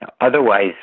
Otherwise